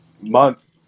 month